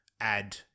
add